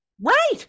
right